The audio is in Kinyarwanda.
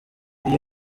iyi